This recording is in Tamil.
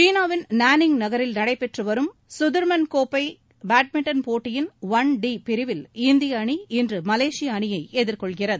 சீனாவின் நானிங் நகரில் நடைபெற்று வரும் சுதிர்மன் கோப்பை பேட்மிண்டன் போட்டியின் ஒன் டி பிரிவில் இந்திய அணி இன்று மலேஷிய அணியை எதிர்கொள்கிறது